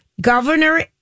Governor